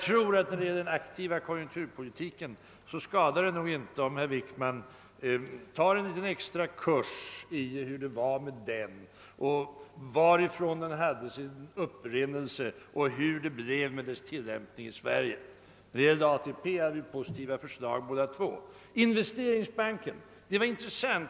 Beträffande den aktiva konjunkturpolitiken skadar det nog ändå inte att herr Wickman tar en liten extra kurs i frågan om var den hade sin upprinnelse och hurudan dess tillämpning blev i Sverige. När det gäller ATP hade båda våra partier positiva förslag.